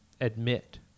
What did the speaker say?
admit